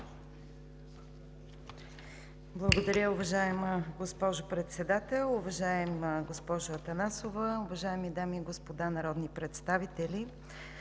Благодаря, уважаеми господин Председател. Уважаеми господин Миховски, уважаеми дами и господа народни представители!